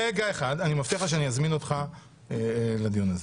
-- אני מבטיח לך שאני אזמין אותך לדיון הזה.